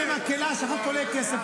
כולכם במקהלה שהחוק עולה כסף.